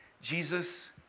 Jesus